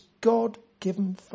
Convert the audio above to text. God-given